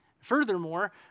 Furthermore